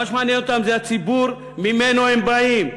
מה שמעניין אותם זה הציבור שממנו הם באים.